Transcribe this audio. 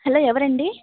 hello ఎవరండి